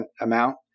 amount